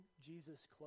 Jesus